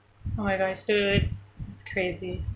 oh my gosh dude it's crazy